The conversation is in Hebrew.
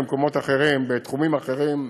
בתחומים אחרים,